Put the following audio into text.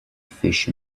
fish